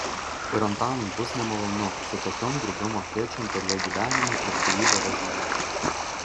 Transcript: ir antanui bus nemalonu su tokiom grubiom akėčiom per jo gyvenimą ir kūrybą važinėjama